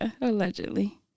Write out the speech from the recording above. allegedly